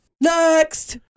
Next